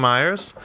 Myers